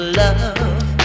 love